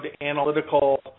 analytical